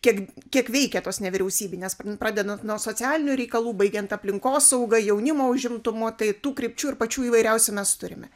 tiek kiek veikia tos nevyriausybinės pradedant nuo socialinių reikalų baigiant aplinkosauga jaunimo užimtumu tai tų krypčių ir pačių įvairiausių mes turime